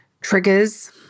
triggers